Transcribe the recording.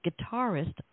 guitarist